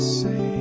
say